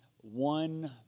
one